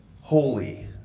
holy